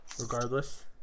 Regardless